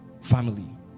family